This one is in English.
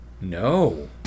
No